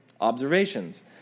observations